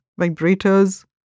vibrators